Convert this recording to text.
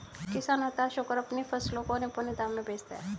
किसान हताश होकर अपने फसलों को औने पोने दाम में बेचता है